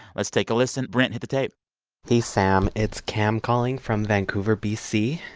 let's take a listen. brent, hit the tape hey, sam. it's cam calling from vancouver, b c.